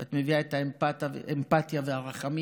ואת מביאה את האמפתיה והרחמים.